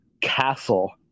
Castle